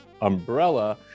umbrella